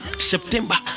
september